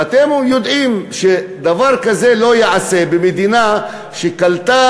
ואתם יודעים שדבר כזה לא ייעשה במדינה שקלטה